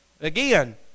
again